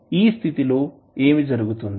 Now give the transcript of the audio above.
కాబట్టి ఆ స్థితి లో ఏమిజరుగుతుంది